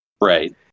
Right